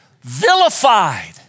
vilified